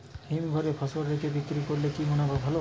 হিমঘরে ফসল রেখে বিক্রি করলে কি মুনাফা ভালো?